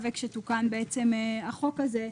וכשתוקן החוק הזה,